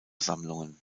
sammlungen